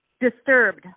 disturbed